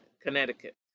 Connecticut